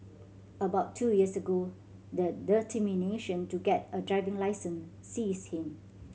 about two years ago the determination to get a driving licence seized him